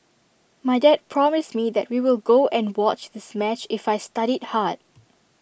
my dad promised me that we will go and watch this match if I studied hard